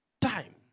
time